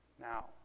now